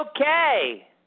okay